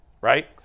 Right